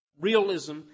Realism